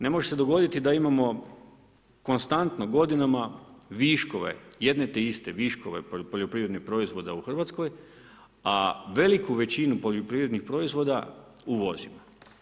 Ne može se dogoditi da imamo konstantno godinama viškove, jedne te iste viškove poljoprivrednih proizvoda u Hrvatskoj, a veliku većinu poljoprivrednih proizvoda uvozimo.